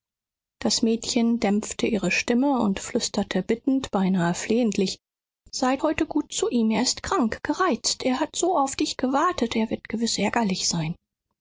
das mädchen dämpfte ihre stimme und flüsterte bittend beinahe flehentlich sei heute gut zu ihm er ist krank gereizt er hat so auf dich gewartet er wird gewiß ärgerlich sein